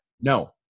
No